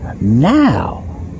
now